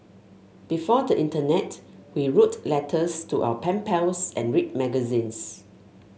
before the internet we wrote letters to our pen pals and read magazines